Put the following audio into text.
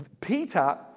Peter